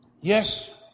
Yes